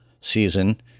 season